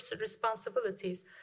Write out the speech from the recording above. responsibilities